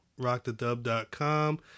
Rockthedub.com